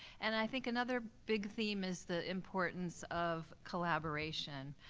and i think another big theme is the importance of collaboration.